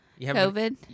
COVID